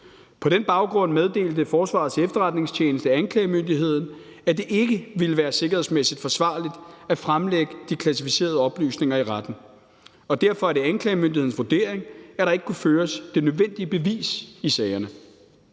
På den baggrund meddelte Forsvarets Efterretningstjeneste anklagemyndigheden, at det ikke ville være sikkerhedsmæssigt forsvarligt at fremlægge de klassificerede oplysninger i retten, og derfor er det anklagemyndighedens vurdering, at der ikke kunne føres det nødvendige bevis i sagerne.